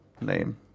name